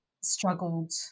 struggled